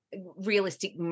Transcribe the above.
realistic